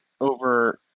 over